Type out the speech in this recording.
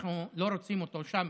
אנחנו לא רוצים אותו שם,